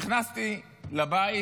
נכנסתי לבית